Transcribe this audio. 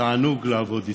תענוג לעבוד איתו.